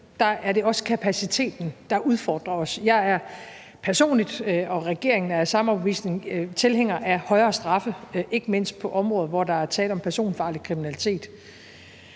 Der er det også kapaciteten, der udfordrer os. Jeg er personligt, og regeringen er af samme overbevisning, tilhænger af højere straffe, ikke mindst på områder, hvor der er tale om personfarlig kriminalitet.